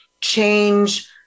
change